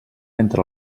entre